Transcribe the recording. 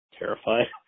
terrified